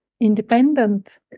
independent